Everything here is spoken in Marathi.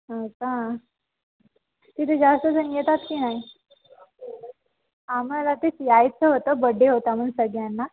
हो का तिथे जास्त जण येतात की नाही आम्हाला तेच यायचं होतं बड्डे होता म्हणून सगळ्यांना